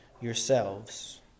yourselves